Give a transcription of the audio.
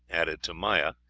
added to maya,